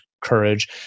courage